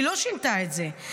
היא לא שינתה את זה.